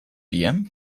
bier